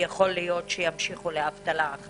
וייתכן שימשיכו לאבטלה.